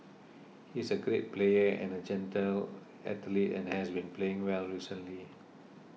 he's a great player and a gentle athlete and has been playing well recently